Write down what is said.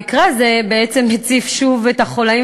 המקרה הזה בעצם הציף שוב את החוליים